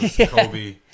Kobe